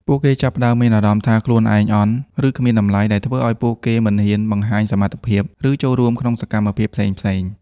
ពួកគេចាប់ផ្ដើម មានអារម្មណ៍ថាខ្លួនឯងអន់ ឬគ្មានតម្លៃ ដែលធ្វើឲ្យពួកគេមិនហ៊ានបង្ហាញសមត្ថភាព ឬចូលរួមក្នុងសកម្មភាពផ្សេងៗ។